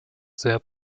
sehr